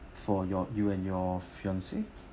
for your you and your fiance